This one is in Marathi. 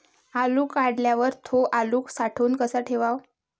आलू काढल्यावर थो आलू साठवून कसा ठेवाव?